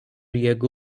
jego